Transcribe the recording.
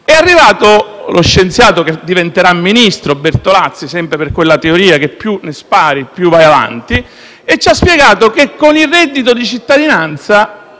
quale, lo scienziato (che diventerà ministro sempre per quella teoria che più ne spari, più vai avanti) ci ha spiegato che con il reddito di cittadinanza,